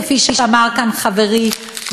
כפי שאמר כאן חברי,